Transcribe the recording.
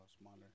smaller